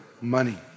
money